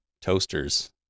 toasters